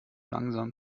langsam